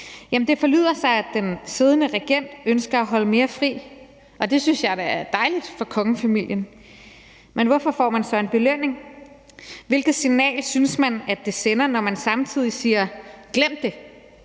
med? Det forlyder, at den siddende regent ønsker at holde mere fri. Det synes jeg da er dejligt for kongefamilien, men hvorfor får man så en belønning? Hvilket signal synes man det sender, når man samtidig siger »glem det«